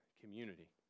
community